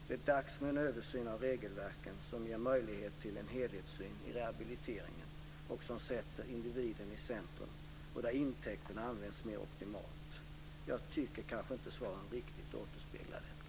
Det är dags med en översyn av regelverken som ger möjlighet till en helhetssyn i rehabiliteringen och som sätter individen i centrum och där intäkterna används optimalt. Jag tycker inte att svaren riktigt återspeglar detta.